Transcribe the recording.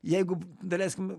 jeigu daleiskim